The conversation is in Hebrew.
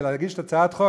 כדי להגיש את הצעת החוק,